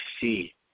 see